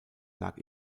lag